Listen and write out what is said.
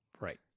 Right